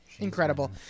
incredible